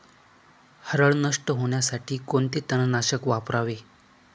हरळ नष्ट होण्यासाठी कोणते तणनाशक वापरावे?